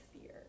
fear